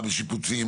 מה בשיפוצים,